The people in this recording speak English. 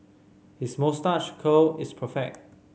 his moustache curl is perfect